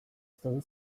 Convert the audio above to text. still